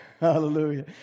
Hallelujah